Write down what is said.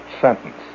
sentence